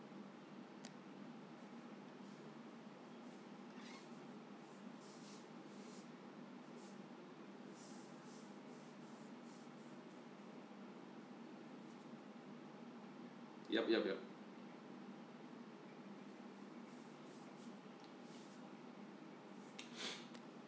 yup yup yup